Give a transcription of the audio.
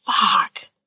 Fuck